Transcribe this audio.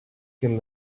can